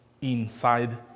inside